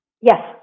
Yes